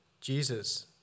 Jesus